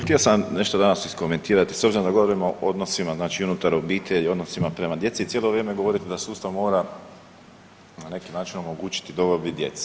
Htio sam nešto danas iskomentirati, s obzirom da govorimo o odnosima znači unutar obitelji i odnosima prema djeci, cijelo vrijeme govorite da sustav mora na neki način omogućiti dobrobit djeci.